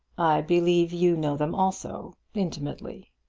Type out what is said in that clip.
believe you know them also intimately.